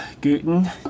guten